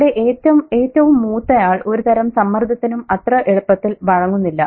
ഇവിടെ ഏറ്റവും മൂത്തയാൾ ഒരുതരം സമ്മർദത്തിനും അത്ര എളുപ്പത്തിൽ വഴങ്ങുന്നില്ല